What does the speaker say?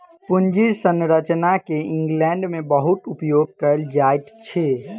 पूंजी संरचना के इंग्लैंड में बहुत उपयोग कएल जाइत अछि